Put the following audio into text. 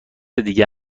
دیگه